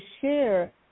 share